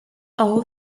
all